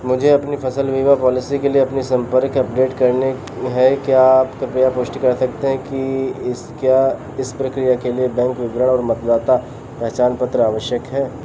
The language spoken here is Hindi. मुझे अपनी फसल बीमा पॉलिसी के लिए अपनी संपर्क अपडेट करनी है क्या आप कृपया पुष्टि कर सकते हैं कि इस क्या इस प्रक्रिया के लिए बैंक विवरण और मतदाता पहचान पत्र आवश्यक है